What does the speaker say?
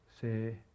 say